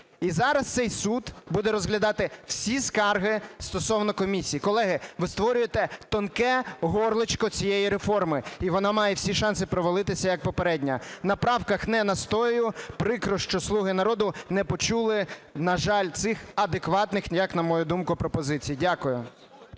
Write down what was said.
і зараз цей суд буде розглядати всі скарги стосовно комісії. Колеги, ви створюєте тонке горлишко цієї реформи і вона має всі шанси провалитися як попередня. На правках не настоюю, прикро, що "Слуги народу" не почули, на жаль, цих адекватних, як на мою думку, пропозицій. Дякую.